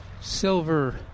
silver